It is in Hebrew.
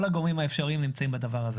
כל הגורמים האפשריים נמצאים בזה.